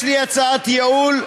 יש לי הצעת ייעול,